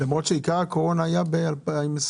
למרות שעיקר הקורונה היה ב-2020.